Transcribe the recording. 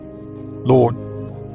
Lord